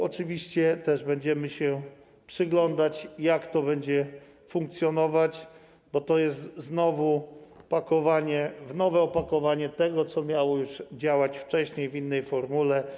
Oczywiście będziemy się też przyglądać, jak to będzie funkcjonować, bo to jest znowu pakowanie w nowe opakowanie tego, co miało działać już wcześniej w innej formule.